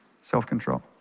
self-control